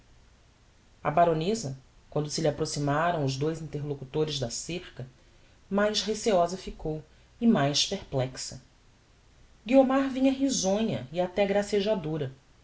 a baroneza quando se lhe approximaram os dous interlocutores da cerca mais receiosa ficou e mais perplexa guiomar vinha risonha e até